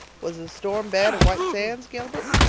was the storm bad at white sands, gilbert?